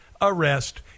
arrest